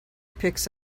picks